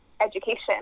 education